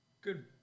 good